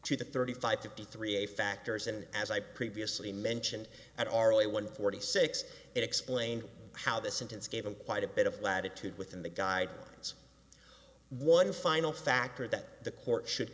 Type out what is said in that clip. it to thirty five fifty three a factors and as i previously mentioned that are only one forty six explain how this sentence gave him quite a bit of latitude within the guidelines one final factor that the court should